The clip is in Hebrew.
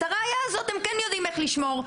את הראיה הזאת הם כן יודעים איך לשמור,